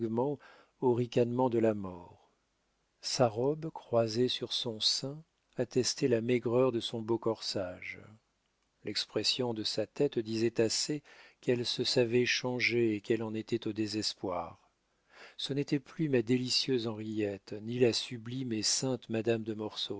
au ricanement de la mort sa robe croisée sur son sein attestait la maigreur de son beau corsage l'expression de sa tête disait assez qu'elle se savait changée et qu'elle en était au désespoir ce n'était plus ma délicieuse henriette ni la sublime et sainte madame de